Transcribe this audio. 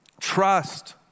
Trust